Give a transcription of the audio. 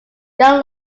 young